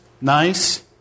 nice